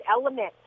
element